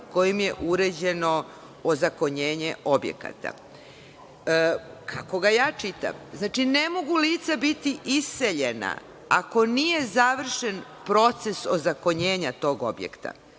kojim je uređeno ozakonjenje objekata. Kako ga ja čitam, znači ne mogu lica biti iseljenja ako nije završen proces ozakonjenja tog objekta.